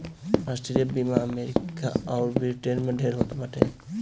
राष्ट्रीय बीमा अमरीका अउर ब्रिटेन में ढेर होत बाटे